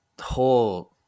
whole